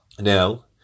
Now